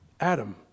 Adam